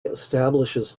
establishes